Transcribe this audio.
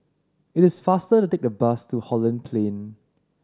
it is faster to take the bus to Holland Plain